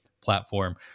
platform